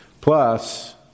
Plus